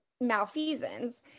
malfeasance